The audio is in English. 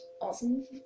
awesome